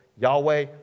Yahweh